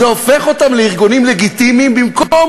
זה הופך אותם לארגונים לגיטימיים במקום